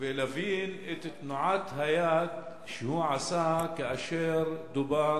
ולהבין את תנועת היד שהוא עשה כאשר דובר